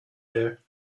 here